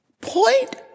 point